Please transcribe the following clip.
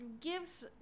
gives